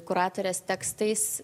kuratorės tekstais